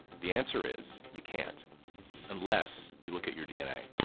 the answer is you can't unless you look at your dna.